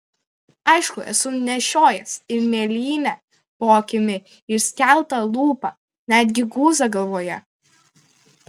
aišku esu nešiojęs ir mėlynę po akimi ir skeltą lūpą net gi guzą galvoje